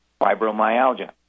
fibromyalgia